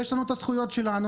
יש לנו את הזכויות שלנו,